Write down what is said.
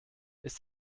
ist